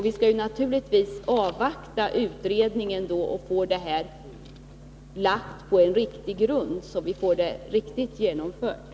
Vi skall naturligtvis avvakta utredningars resultat, så att vi får en riktig grund för genomförandet.